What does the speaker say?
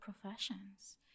professions